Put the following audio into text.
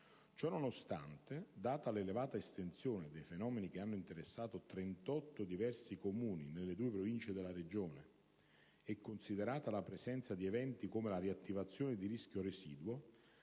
Ciononostante, data l’elevata estensione del fenomeni che hanno interessato 38 diversi Comuni nelle due Province della Regione e considerata la presenta di eventi come la riattivazione di rischio residuo,